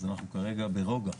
אז אנחנו כרגע ברוגע.